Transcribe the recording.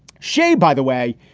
shane, by the way,